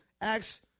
Acts